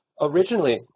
originally